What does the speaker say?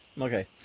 Okay